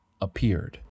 appeared